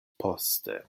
poste